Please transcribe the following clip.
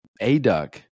A-Duck